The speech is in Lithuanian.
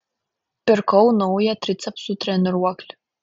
pirkau naują tricepsų treniruoklį